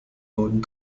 wurden